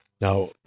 Now